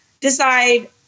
decide